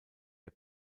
der